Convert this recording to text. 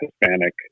Hispanic